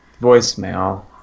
voicemail